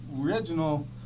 original